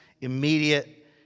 immediate